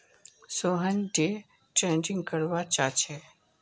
Sohan day trading करवा चाह्चे